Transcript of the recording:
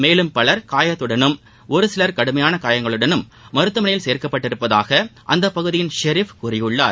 மேலும் பலர் காயத்துடனும் ஒரு சிலர் கடுமையான காயங்களுடனும் மருத்துவமனையில் சேர்க்கப்பட்டுள்ளதாக அந்தப் பகுதியின் ஷெரிப் கூறியிருக்கிறார்